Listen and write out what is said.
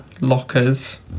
lockers